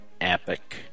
Epic